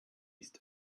ist